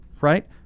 right